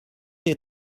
des